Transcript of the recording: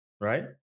right